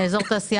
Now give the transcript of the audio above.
באזור תעשייה